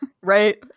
Right